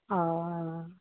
অঁ